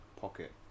pocket